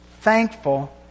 thankful